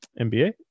NBA